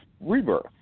Rebirth